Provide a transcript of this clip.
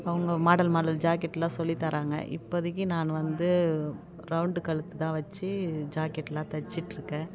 அவங்க model model ஜாக்கெட்லாம் சொல்லி தராங்க இப்போதிக்கி நான் வந்து ரவுண்டு கழுத்து தான் வெச்சு ஜாகெட்டெலாம் தைச்சிட்டுருக்கேன்